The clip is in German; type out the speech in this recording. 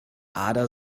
ada